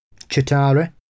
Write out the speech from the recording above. Chitara